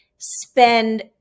spend